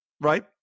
right